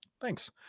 Thanks